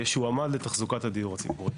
אפשר להכין את המצבה של הדיור הציבורי בישראל ולכתוב,